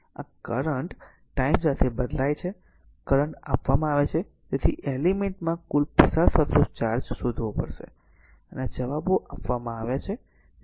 આ current time સાથે બદલાય છે કરંટ આપવામાં આવે છે તેથી એલિમેન્ટ માં કુલ પસાર થતો ચાર્જ શોધવવો પડશે અને આ જવાબો આપવામાં આવ્યા છે